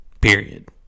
period